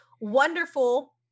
wonderful